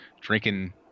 drinking –